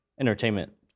entertainment